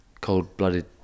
Cold-blooded